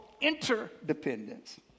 interdependence